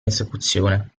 esecuzione